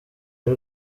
y’u